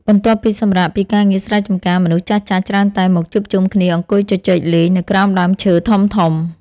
បន្ទាប់ពីសម្រាកពីការងារស្រែចម្ការ មនុស្សចាស់ៗច្រើនតែមកជួបជុំគ្នាអង្គុយជជែកលេងនៅក្រោមដើមឈើធំៗ។